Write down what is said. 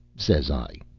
says i.